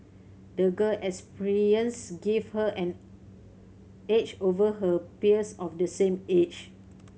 the girl experience gave her an edge over her peers of the same age